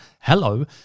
Hello